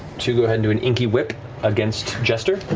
to do an inky whip against jester.